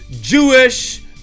Jewish